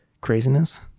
craziness